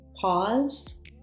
pause